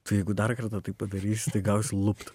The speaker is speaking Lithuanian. tu jeigu dar kartą taip padarysi tai gaus lupt